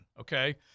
Okay